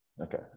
okay